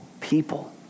people